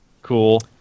Cool